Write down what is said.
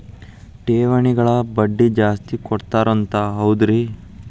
ಠೇವಣಿಗ ಬಡ್ಡಿ ಜಾಸ್ತಿ ಕೊಡ್ತಾರಂತ ಹೌದ್ರಿ?